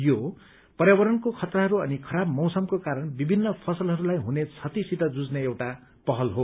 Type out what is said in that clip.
यो पर्यावरणको खतराहरू अनि खराब मौसमको कारण विभित्र फसलहरूलाई हुने क्षतिसित जुझ्ने एउटा पहल हो